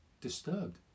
disturbed